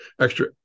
extra